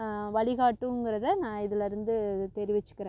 வழிகாட்டுங்கிறதை நான் இதுலருந்து தெரிவிச்சுக்கிறேன்